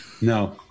No